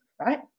Right